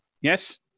Yes